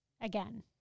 again